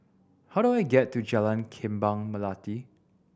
how do I get to Jalan Kembang Melati